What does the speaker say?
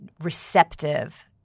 receptive